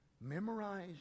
Memorize